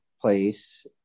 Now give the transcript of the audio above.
place